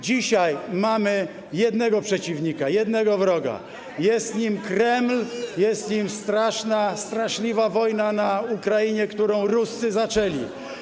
Dzisiaj mamy jednego przeciwnika, jednego wroga, jest nim Kreml, jest nim straszna, straszliwa wojna na Ukrainie, którą Ruscy zaczęli.